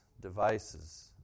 devices